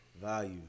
value